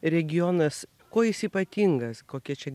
regionas kuo jis ypatingas kokie čia